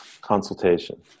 consultation